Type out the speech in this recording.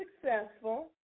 successful